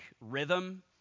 rhythm